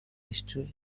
history